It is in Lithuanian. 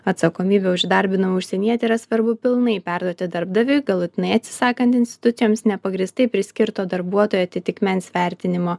atsakomybę už įdarbinamą užsienietį yra svarbu pilnai perduoti darbdaviui galutinai atsisakant institucijoms nepagrįstai priskirto darbuotojo atitikmens vertinimo